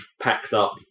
packed-up